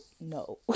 No